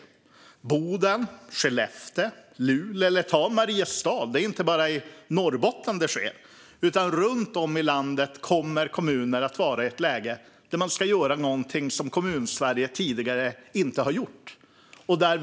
Det handlar om Boden, Skellefteå, Luleå eller Mariestad. Det är inte bara i Norrbotten det sker. Runt om i landet kommer kommuner att vara i ett läge där de ska göra någonting som Kommunsverige tidigare inte har gjort.